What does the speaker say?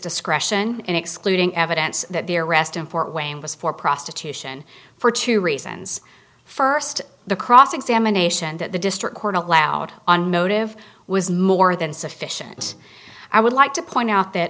discretion in excluding evidence that the arrest in fort wayne was for prostitution for two reasons first the cross examination that the district court allowed on motive was more than sufficient i would like to point out that